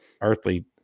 earthly